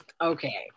okay